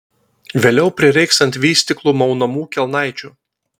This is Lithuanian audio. vėliau prireiks ant vystyklų maunamų kelnaičių